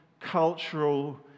cultural